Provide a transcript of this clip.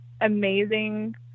amazing